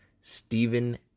Stephen